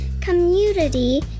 community